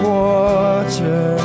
water